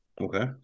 Okay